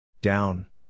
Down